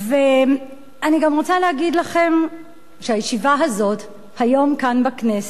אני גם רוצה להגיד לכם שהישיבה הזאת היום כאן בכנסת